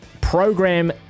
program